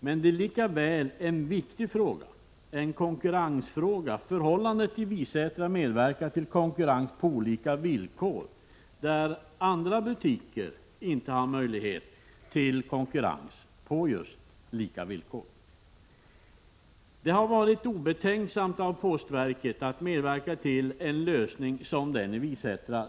Men det är likväl en viktig fråga, en konkurrensfråga. Förhållandena i Visätra medverkar till konkurrens på olika villkor, där andra butiker inte har möjlighet att konkurrera på just lika villkor. Det har varit obetänksamt av postverket att medverka till en lösning som den i Visätra.